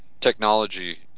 technology